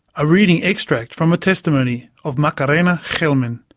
a reading extract from a testimony of macarena gelman.